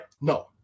No